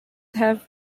have